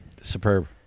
Superb